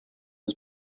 was